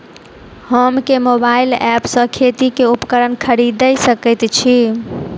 हम केँ mobile app सँ खेती केँ उपकरण खरीदै सकैत छी?